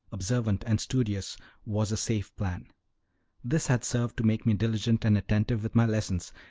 observant, and studious was a safe plan this had served to make me diligent and attentive with my lessons,